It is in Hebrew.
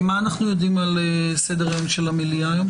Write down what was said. מה אנחנו יודעים על סדר היום של המליאה?